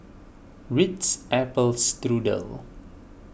Ritz Apple Strudel